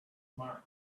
mark